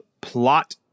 plot